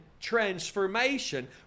transformation